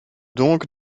donc